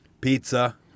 Pizza